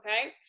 okay